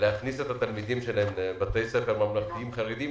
להכניס את התלמידים שלהם לבתי ספר ממלכתיים חרדים,